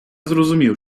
зрозумів